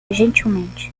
gentilmente